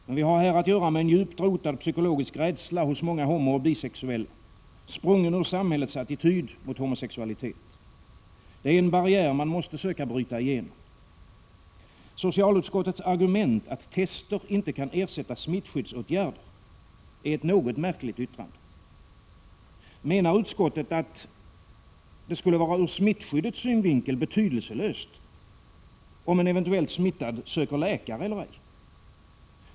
Men vi har här att göra med djupt rotad psykologisk rädsla hos många homooch bisexuella, sprungen ur samhällets attityd mot homosexualitet. Det är en barriär man måste söka bryta igenom. Socialutskottets argument, att tester inte kan ersätta smittskyddsåtgärder, är ett märkligt yttrande. Menar utskottet att det skulle vara ur smittskyddets synvinkel betydelselöst, om en smittad söker läkare eller ej?